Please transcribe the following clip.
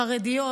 חרדיות.